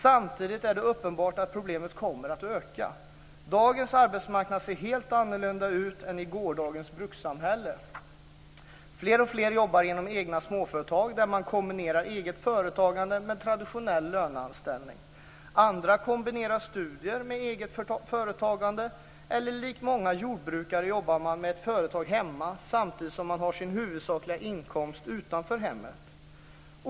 Samtidigt är det uppenbart att problemet kommer att öka. Dagens arbetsmarknad ser helt annorlunda ut än i gårdagens brukssamhälle. Fler och fler jobbar inom egna småföretag, där man kombinerar eget företagande med en traditionell löneanställning. Andra kombinerar studier med eget företagande eller likt många jordbrukare jobbar man med ett företag hemma samtidigt som man har sin huvudsakliga inkomst utanför hemmet.